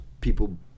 people